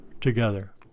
together